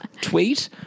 tweet